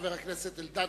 חבר הכנסת אלדד,